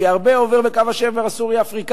כי הרבה עובר בקו השבר הסורי-אפריקני,